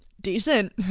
decent